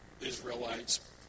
Israelites